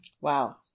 Wow